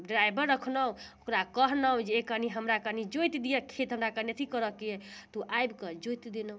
driver रखनहुँ ओकरा कहनौ जे कनि हमरा कनि जोइत दियऽ खेत हमरा कनि अथी करऽके अइ तऽ ओ आबिकऽ जोइत देनहुँ